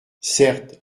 certes